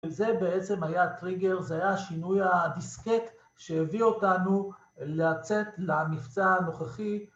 זה בעצם היה הטריגר, זה היה שינוי הדיסקט שהביא אותנו לצאת למבצע הנוכחי.